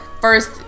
first